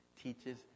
teaches